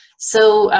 so,